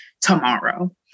tomorrow